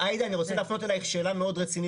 עאידה, אני רוצה להפנות אליך שאלה מאוד רצינית.